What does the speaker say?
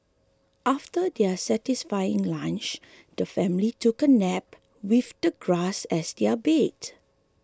after their satisfying lunch the family took a nap with the grass as their bed